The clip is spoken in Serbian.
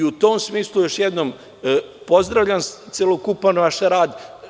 U tom smislu još jednom pozdravljam celokupan naš rad.